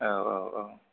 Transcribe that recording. औ औ औ